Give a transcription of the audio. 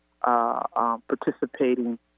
Participating